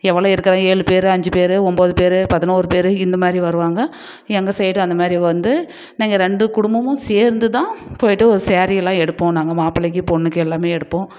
எவ்வளோ எடுக்கிற ஏழு பேர் அஞ்சு பேர் ஒம்பது பேர் பதினோரு பேர் இந்தமாதிரி வருவாங்க எங்கள் சைடு அந்தமாதிரி வந்து நாங்கள் ரெண்டு குடும்பமும் சேர்ந்துதான் போயிட்டு ஒரு சேரிலாம் எடுப்போம் நாங்கள் மாப்பிளைக்கு பொண்ணுக்கு எல்லாமே எடுப்போம்